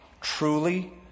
Truly